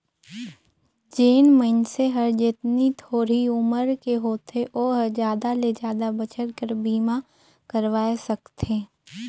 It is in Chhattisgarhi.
जेन मइनसे हर जेतनी थोरहें उमर के होथे ओ हर जादा ले जादा बच्छर बर बीमा करवाये सकथें